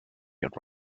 yet